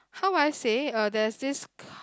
how would I say it uh there's this ca~